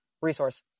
resource